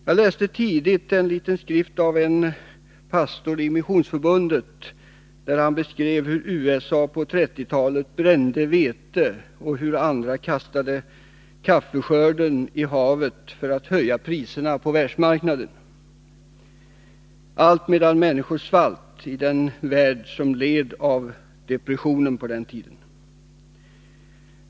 Jag läste tidigt en liten skrift av en pastor i Missionsförbundet, där han beskrev hur USA på 1930-talet brände vete och hur andra kastade kaffeskörden i havet för att höja priserna på världsmarknaden — allt medan människor svalt i den värld som led av depressionen på den tiden.